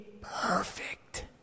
perfect